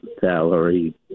salary